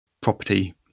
property